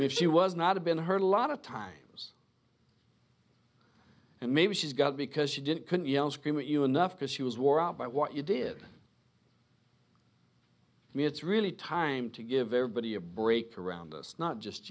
mean she was not a been hurt a lot of times and maybe she's got because she didn't can yell scream at you enough because she was wore out by what you did i mean it's really time to give everybody a break around us not just